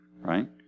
right